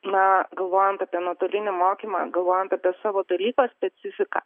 na galvojant apie nuotolinį mokymą galvojant apie savo dalyko specifiką